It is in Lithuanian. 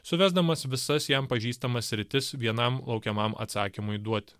suvesdamas visas jam pažįstamas sritis vienam laukiamam atsakymui duoti